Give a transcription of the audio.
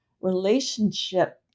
relationship